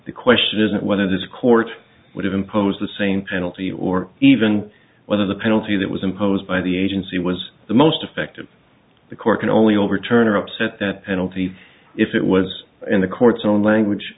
the question isn't whether this court would have imposed the same penalty or even whether the penalty that was imposed by the agency was the most effective the court can only overturn or upset that penalty if it was in the court's own language